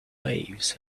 waves